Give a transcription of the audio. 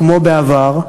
כמו בעבר,